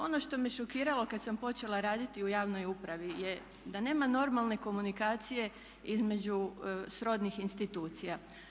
Ono što me šokiralo kada sam počela raditi u javnoj upravi je da nema normalne komunikacije između srodnih institucija.